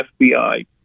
FBI